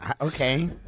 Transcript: Okay